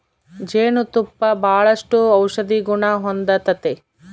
ಜೇನು ತುಪ್ಪ ಬಾಳಷ್ಟು ಔಷದಿಗುಣ ಹೊಂದತತೆ